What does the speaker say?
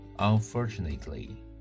Unfortunately